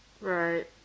right